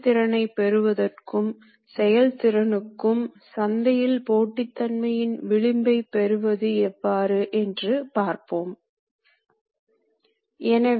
அதாவது work piece மற்றும் மேசை இரண்டுமே இரு புறங்களிலும் அதாவது பக்கவாட்டுகளில் நகரக்கூடியது